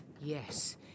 Yes